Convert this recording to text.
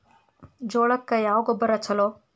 ಜೋಳಕ್ಕ ಯಾವ ಗೊಬ್ಬರ ಛಲೋ?